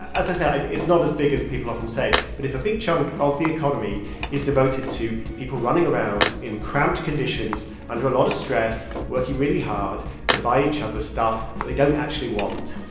as i said, it's not as big as people often say. but if a big chunk of the economy is devoted to people running around in cramped conditions under a lot of stress, stress, working really hard to buy each other stuff they don't actually want,